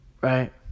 Right